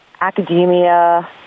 academia